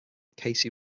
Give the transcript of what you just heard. casey